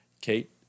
Kate